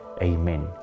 Amen